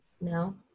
No